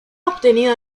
obtenido